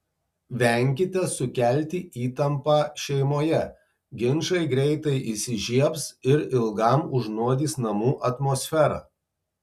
venkite sukelti įtampą šeimoje ginčai greitai įsižiebs ir ilgam užnuodys namų atmosferą